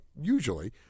usually